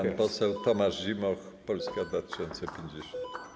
Pan poseł Tomasz Zimoch, Polska 2050.